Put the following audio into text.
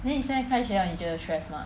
then 你现在开学了你觉得 stress mah